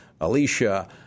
Alicia